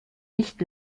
nicht